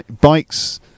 Bikes